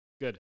Good